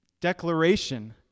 declaration